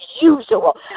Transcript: usual